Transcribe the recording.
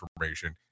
information